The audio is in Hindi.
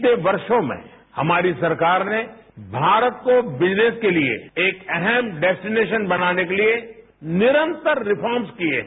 बीते वर्षो में हमारी सरकार ने भारत को बिजनेस के लिए एक अहम डेस्टीनेरान बनाने के लिए निरंतर रिफॉर्मृत किए है